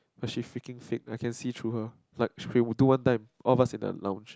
but she freaking fake I can see through her like she do one time all of us in the lounge